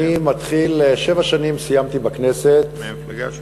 שבע שנים סיימתי בכנסת, מהמפלגה שלנו.